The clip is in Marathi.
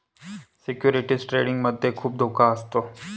सिक्युरिटीज ट्रेडिंग मध्ये खुप धोका असतो